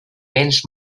béns